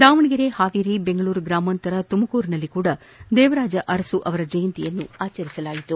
ದಾವಣಗೆರೆ ಹಾವೇರಿ ಬೆಂಗಳೂರು ಗ್ರಾಮಾಂತರ ತುಮಕೂರಿನಲ್ಲೂ ದೇವರಾಜ ಅರಸು ಅವರ ಜಯಂತಿಯನ್ನು ಆಚರಿಸಲಾಯಿತು